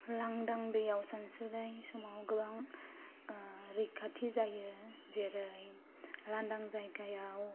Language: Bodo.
लांदां दैयाव सानस्रिनाय समाव गोबां रैखथि जायो जेरै लांदां जायगायाव